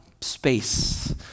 space